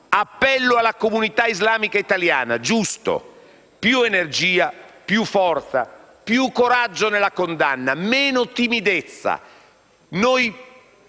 l'appello alla comunità islamica italiana: più energia, più forza, più coraggio nella condanna, meno timidezza.